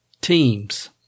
teams